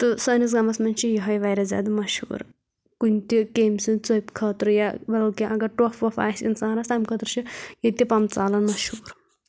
تہٕ سٲنِس گامس منٛز چھِ یِہٲے وارِیاہ زیادٕ مشہوٗر کُنہِ تہِ کٮ۪مہِ سٕنٛدۍ ژۄپیہِ خٲطرٕ یا بدل کیٚنٛہہ اگر ٹۄپھ وۄپھ آسہِ اِنسانس تَمہِ خٲطرٕ چھُ ییٚتہِ پمبژالن مشہوٗر